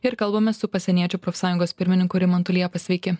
ir kalbamės su pasieniečių profsąjungos pirmininku rimantu liepa sveiki